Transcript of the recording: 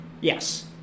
yes